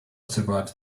survives